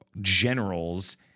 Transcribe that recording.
generals